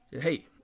Hey